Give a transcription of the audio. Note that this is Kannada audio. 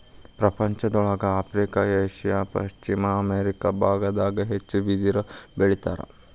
ಪ್ರಪಂಚದೊಳಗ ಆಫ್ರಿಕಾ ಏಷ್ಯಾ ಪಶ್ಚಿಮ ಅಮೇರಿಕಾ ಬಾಗದಾಗ ಹೆಚ್ಚ ಬಿದಿರ ಬೆಳಿತಾರ